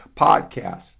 podcast